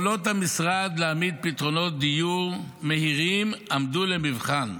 יכולות המשרד להעמיד פתרונות דיור מהירים עמדו למבחן,